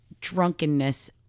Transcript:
drunkenness